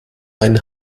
ein